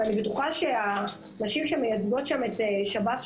ואני בטוחה שהנשים שמייצגות שם את שב"ס,